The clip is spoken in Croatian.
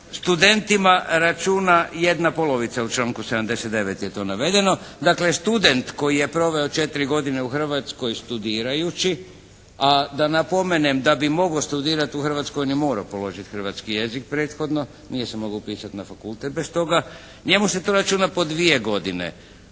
studentima računa jedna polovica, u članku 79. je to navedeno. Dakle, student koji je proveo 4 godine u Hrvatskoj studirajući, a da napomenem da bi mogao studirati u Hrvatskoj ne mora položiti hrvatski jezik prethodno, nije se mogao pisati na fakultet bez toga, njemu se to računa po dvije godine,